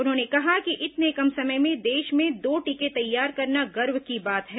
उन्होंने कहा कि इतने कम समय में देश में दो टीके तैयार करना गर्व की बात है